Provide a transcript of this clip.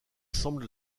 semble